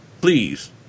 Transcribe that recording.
please